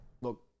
look